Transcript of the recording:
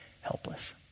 helpless